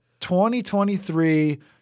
2023